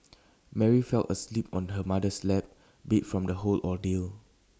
Mary fell asleep on her mother's lap beat from the whole ordeal